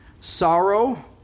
Sorrow